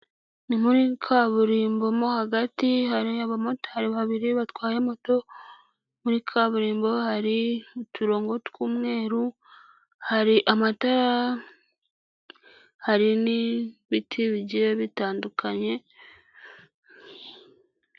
Ni muri kaburimbo, mo hagati hari abamotari babiri batwaye moto, muri kaburimbo hari uturongo tw'umweru, hari amatara, hari n'ibiti bigiye bitandukanye.